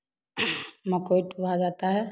मकई तोड़ा जाता है